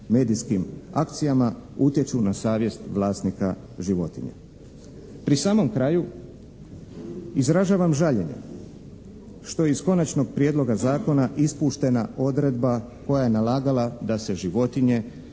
medijskim akcijama utječu na savjest vlasnika životinja. Pri samom kraju izražavam žaljenje što je iz konačnog prijedloga zakona ispuštena odredba koja je nalagala da se životinje